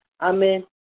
Amen